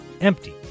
empty